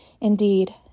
Indeed